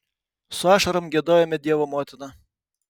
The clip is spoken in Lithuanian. su ašarom giedojome dievo motiną